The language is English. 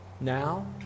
Now